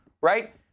right